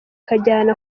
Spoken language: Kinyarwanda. ajya